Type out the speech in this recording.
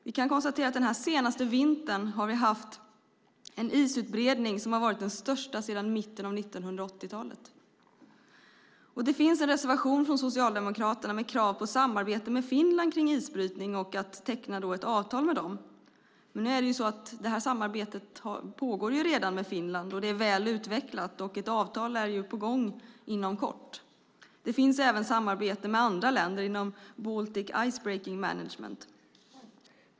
Vi kan konstatera att vi under den senaste vintern har haft en isutbredning som har varit den största sedan mitten av 1980-talet. Det finns en reservation från Socialdemokraterna med krav på samarbete med Finland kring isbrytning och att teckna ett avtal med dem. Men samarbetet med Finland pågår redan och är väl utvecklat, och ett avtal är på gång inom kort. Det finns även samarbete med andra länder inom Baltic Icebreaking Management.